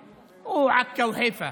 או יאפא, או רמלה, או עכו, או חיפה